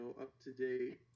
up-to-date